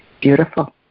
Beautiful